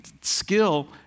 skill